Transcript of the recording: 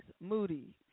moody